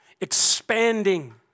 expanding